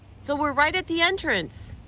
so we're right at the entrance.